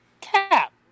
Cap